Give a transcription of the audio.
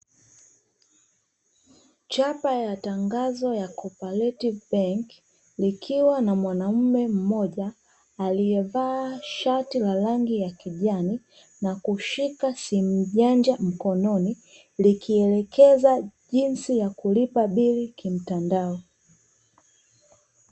Chapa ya tangazo ya COOPERATIVE BANK likiwa na mwanaume mmoja aliyevaa shati la rangi ya kijani, na kushika simu janja mkononi likielekeza jinsi ya kulipa bili kimtandao.